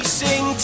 sing